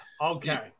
Okay